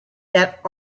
that